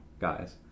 guys